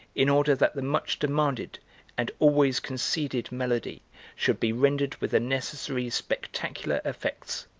in order that the much-demanded and always conceded melody should be rendered with the necessary spectacular effects,